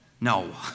No